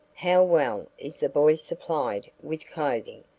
how well is the boy supplied with clothing?